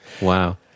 Wow